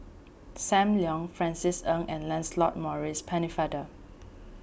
Sam Leong Francis Ng and Lancelot Maurice Pennefather